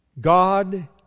God